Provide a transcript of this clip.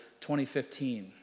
2015